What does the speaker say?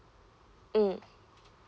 mm